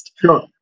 Sure